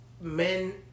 men